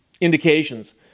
indications